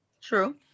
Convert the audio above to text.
True